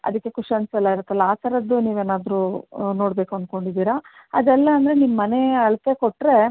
ಅದಕ್ಕೆ ಕುಶನ್ಸ್ ಎಲ್ಲ ಇರುತ್ತಲ್ಲ ಆ ಥರದ್ದು ನೀವೇನಾದರು ನೋಡಬೇಕು ಅಂದ್ಕೊಂಡಿದೀರ ಅದಲ್ಲ ಅಂದರೆ ನಿಮ್ಮ ಮನೆ ಅಳತೆ ಕೊಟ್ಟರೆ